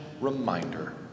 reminder